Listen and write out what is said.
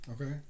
Okay